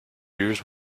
years